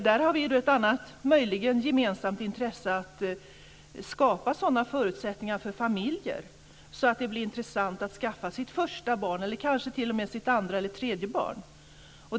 Där har vi ett annat möjligen gemensamt intresse av att skapa sådana förutsättningar för familjer att det blir intressant att skaffa sitt första eller kanske t.o.m. sitt andra eller tredje barn.